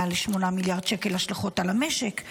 מעל 8 מיליארד שקלים השלכות על המשק,